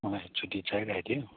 मलाई छुट्टी चाहिरहेको थियो